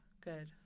good